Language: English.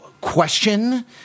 question